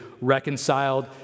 reconciled